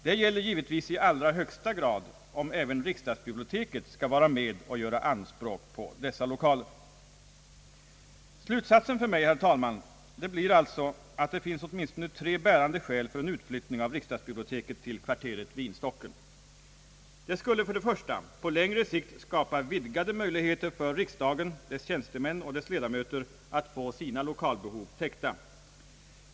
Det gäller givetvis i allra högsta grad, om även riksdagsbiblioteket skall vara med och göra anspråk på dessa lokaler. Slutsatsen för mig, herr talman, blir alltså att det finns åtminstone tre bärande skäl för en utflyttning av riksdagsbiblioteket till kvarteret Vinstocken. Den skulle för det första på längre sikt skapa vidgade möjligheter för riksdagen, dess tjänstemän och ledamöter att få sina lokalbehov täckta.